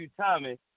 Tommy